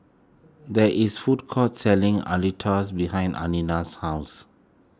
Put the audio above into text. there is food court selling Alitas behind Anaya's house